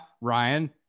Ryan